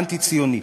אנטי-ציונית.